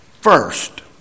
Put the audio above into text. First